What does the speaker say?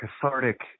cathartic